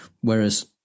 Whereas